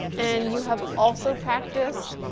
and you have also practiced,